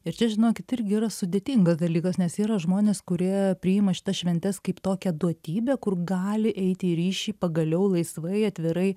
ir čia žinokit irgi yra sudėtingas dalykas nes yra žmonės kurie priima šitas šventes kaip tokią duotybę kur gali eiti į ryšį pagaliau laisvai atvirai